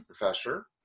professor